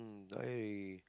mm die